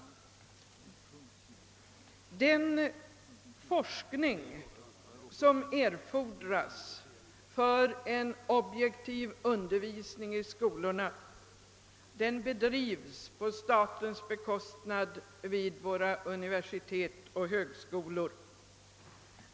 Den forskning, som erfordras för en objektiv undervisning i skolorna, bedrivs på statens bekostnad vid våra universitet och högskolor.